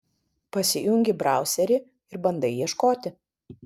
pasijungi brauserį ir bandai ieškoti